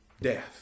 death